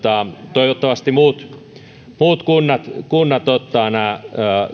toivottavasti muut muut kunnat ottavat nämä